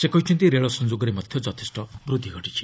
ସେ କହିଛନ୍ତି ରେଳ ସଂଯୋଗରେ ମଧ୍ୟ ଯଥେଷ୍ଟ ବୃଦ୍ଧି ଘଟିଚ୍ଛି